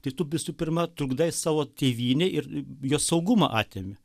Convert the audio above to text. tai tu visų pirma trukdai savo tėvynei ir jos saugumą atimi